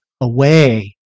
away